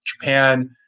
Japan